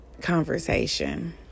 conversation